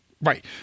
Right